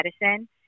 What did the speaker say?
medicine